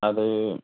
അത്